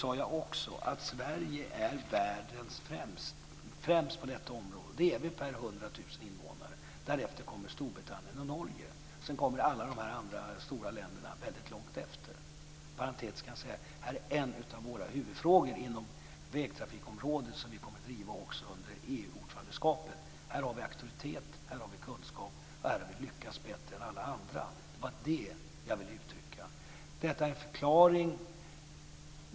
Jag sade också att Sverige är främst i världen på detta område om man räknar per 100 000 invånare. Därefter kommer Storbritannien och Norge. Sedan kommer alla de andra stora länderna väldigt långt efter. Parentetiskt kan jag säga att det här är en av våra huvudfrågor inom vägtrafikområdet som vi kommer att driva också under EU-ordförandeskapet. Här har vi auktoritet. Här har vi kunskap. Här har vi lyckats bättre än alla andra. Det var det som jag ville uttrycka. Detta är en förklaring.